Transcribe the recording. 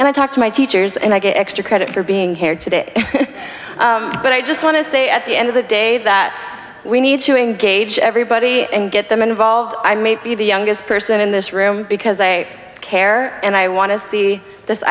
and i talk to my teachers and i get extra credit for being here today but i just want to say at the end of the day that we need to engage everybody and get them involved i may be the youngest person in this room because i care and i want to see this